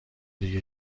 دیگه